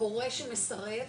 הורה שמסרב,